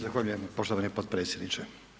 Zahvaljujem poštovani potpredsjedniče.